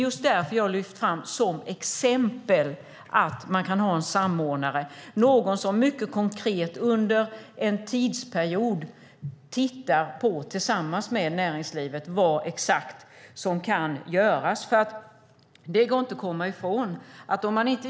Jag lyfte därför fram samordnare som ett exempel, någon som tillsammans med näringslivet under en tidsperiod kan titta på vad som konkret kan göras.